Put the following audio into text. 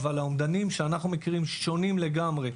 אבל האומדנים שאנחנו מכירים שונים לגמרי,